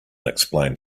explained